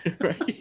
Right